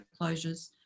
closures